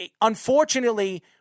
unfortunately